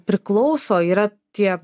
priklauso yra tie